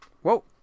whoa